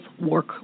work